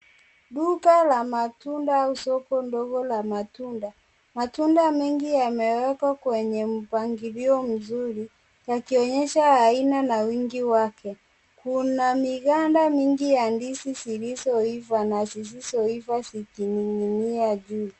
Duka la matunda au soko ndogo la matunda, matunda mengi yameekwa kwenye mpangilio mzuri yakionyesha aina na wingi wake, kuna miganda mingi ya ndizi zilizoiva na zisizoiva zikininginia juu.